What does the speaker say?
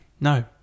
no